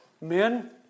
Men